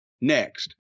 Next